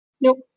Nope